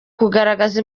kugaragaza